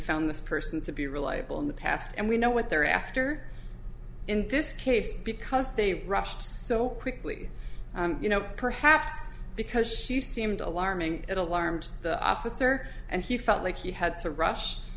found this person to be reliable in the past and we know what they're after in this case because they rushed so quickly you know perhaps because she seemed alarming it alarmed the officer and he felt like he had to rush